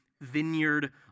vineyard